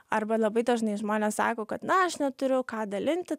arba labai dažnai žmonės sako kad na aš neturiu ką dalinti